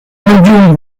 module